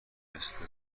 مثل